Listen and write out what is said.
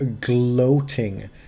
gloating